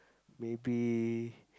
maybe